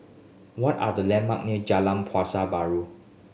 what are the landmark near Jalan Pasar Baru